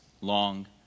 long